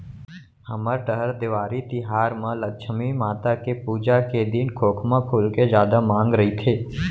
हमर डहर देवारी तिहार म लक्छमी माता के पूजा के दिन खोखमा फूल के जादा मांग रइथे